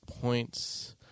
points